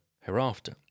hereafter